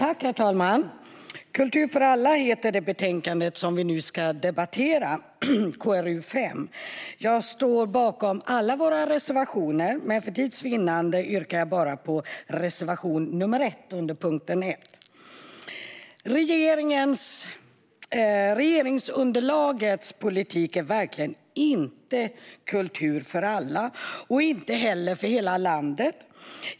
Herr talman! Kultur för alla heter det betänkande som vi nu ska debattera, KrU5. Jag står bakom alla våra reservationer, men för tids vinnande yrkar jag bifall bara till reservation nr 1 under punkt 1. Regeringsunderlagets politik är verkligen inte kultur för alla och inte heller för hela landet.